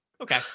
Okay